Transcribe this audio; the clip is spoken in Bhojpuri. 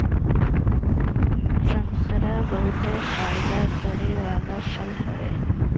संतरा बहुते फायदा करे वाला फल हवे